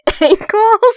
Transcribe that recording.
Ankles